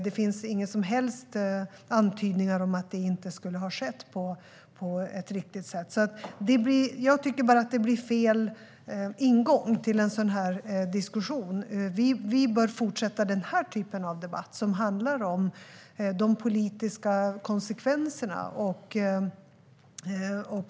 Det finns inga som helst antydningar om att det inte skulle ha skett på ett riktigt sätt. Jag tycker att det blir fel ingång till en sådan här diskussion. Vi bör fortsätta den här typen av debatt, som handlar om de politiska konsekvenserna.